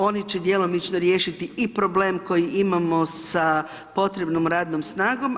Oni će djelomično riješiti i problem koji imamo i sa potrebnom radnom snagom.